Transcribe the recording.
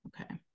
Okay